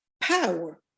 power